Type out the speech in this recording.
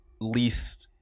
least